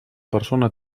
persona